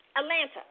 Atlanta